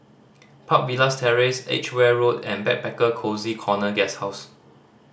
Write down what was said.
Park Villas Terrace Edgeware Road and Backpacker Cozy Corner Guesthouse